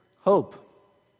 hope